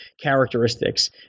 characteristics